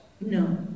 No